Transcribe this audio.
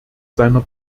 seiner